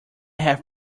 have